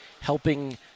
helping